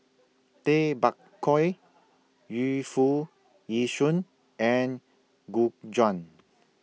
Tay Bak Koi Yu Foo Yee Shoon and Gu Juan